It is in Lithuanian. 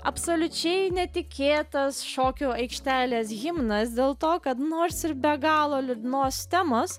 absoliučiai netikėtas šokių aikštelės himnas dėl to kad nors ir be galo liūdnos temos